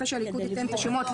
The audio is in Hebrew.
אחרי שהליכוד ייתן את השמות,